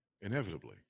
inevitably